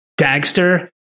Dagster